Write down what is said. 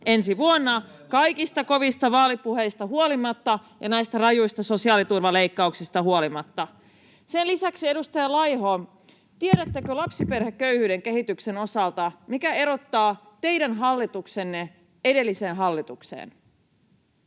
ensi vuonna kaikista kovista vaalipuheista huolimatta ja näistä rajuista sosiaaliturvaleikkauksista huolimatta. Sen lisäksi, edustaja Laiho, tiedättekö lapsiperheköyhyyden kehityksen osalta, mikä erottaa teidän hallituksenne edellisestä hallituksesta?